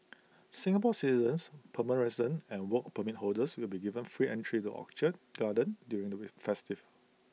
Singapore citizens permanent residents and Work Permit holders will be given free entry to the orchid garden during the festival